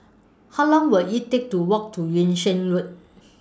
How Long Will IT Take to Walk to Yung Sheng Road